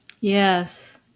yes